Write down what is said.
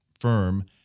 firm